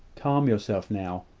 calm yourself now.